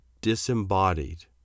disembodied